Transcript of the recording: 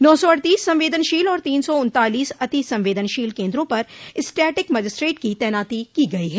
नौ सौ अड़तीस संवदेनशील और तीन सौ उन्तालीस अति संवेदनशील केन्द्रों पर स्टटिक मजिस्ट्रेट की तैनाती की गयी है